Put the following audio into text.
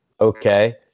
okay